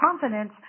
confidence